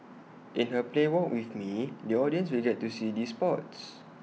in her play walk with me the audience will get to see these spots